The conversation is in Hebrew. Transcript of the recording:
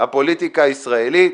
הפוליטיקה הישראלית,